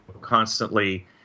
constantly